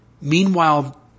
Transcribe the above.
Meanwhile